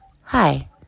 Hi